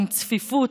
מצפיפות,